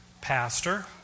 pastor